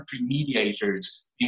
mediators